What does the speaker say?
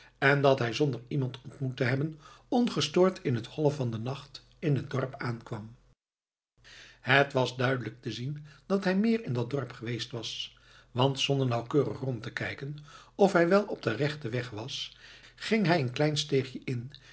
en dat hij zonder iemand ontmoet te hebben ongestoord in het holle van den nacht in het dorp aankwam het was duidelijk te zien dat hij meer in dat dorp geweest was want zonder nauwkeurig rond te kijken of hij wel op den rechten weg was ging hij een klein steegje in